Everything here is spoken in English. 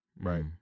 Right